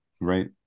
Right